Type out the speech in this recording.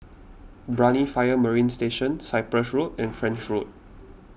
Brani Marine Fire Station Cyprus Road and French Road